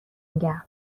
میگم